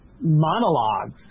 monologues